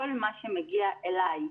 כל מה שמגיע אליי,